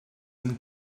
and